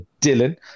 Dylan